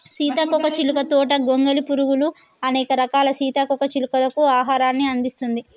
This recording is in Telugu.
సీతాకోక చిలుక తోట గొంగలి పురుగులు, అనేక రకాల సీతాకోక చిలుకలకు ఆహారాన్ని అందిస్తుంది